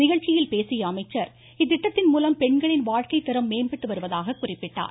நிகழ்ச்சியில் பேசிய அவர் இத்திட்டத்தின் மூலம் பெண்களின் வாழ்க்கை தரம் மேம்பட்டு வருவதாக கூறினார்